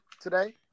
today